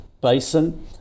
Basin